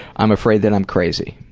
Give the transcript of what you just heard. i'm afraid that i'm crazy.